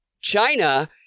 China